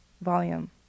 volume